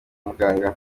muganga